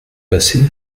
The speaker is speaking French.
passé